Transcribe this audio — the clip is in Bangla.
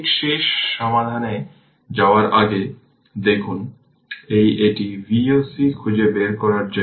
ঠিক সেই সমাধানে যাওয়ার আগে দেখুন তাই এটি Voc খুঁজে বের করার জন্য